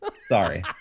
Sorry